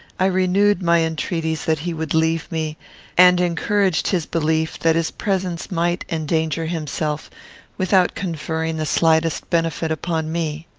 i renewed my entreaties that he would leave me and encouraged his belief that his presence might endanger himself without conferring the slightest benefit upon me.